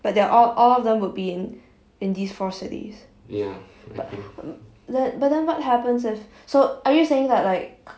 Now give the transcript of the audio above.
but there are all all of them will be in in these four cities but but then what happens if so are you saying that like